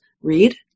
read